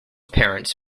parents